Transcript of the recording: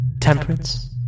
Temperance